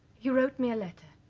he wrote me a letter,